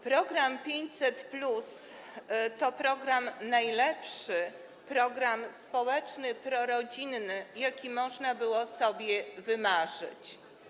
Program 500+ to najlepszy program społeczny, prorodzinny, jaki można było sobie wymarzyć.